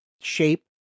shape